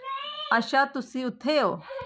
अच्छा तुसी उत्थै ओ